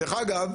דרך אגב,